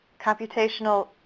Computational